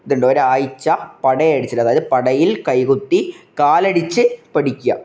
ഇതുണ്ട് ഒരാഴ്ച് പടയടിച്ചിട്ട് അതായത് പടയിൽ കൈകുത്തി കാലടിച്ച് പഠിക്കുക